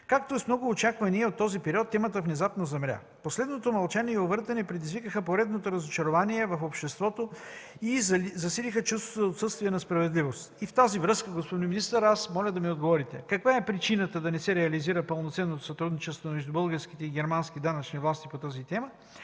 Както е с много очаквания от този период, темата внезапно замря. Последвалото мълчание и увъртане предизвикаха поредното разочарование в обществото и засилиха чувството за отсъствие на справедливост. В тази връзка, господин министър, аз моля да ми отговорите: каква е причината да не се реализира пълноценно сътрудничеството между българските и германски данъчни власти по тази тема?